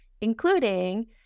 including